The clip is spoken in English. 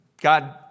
God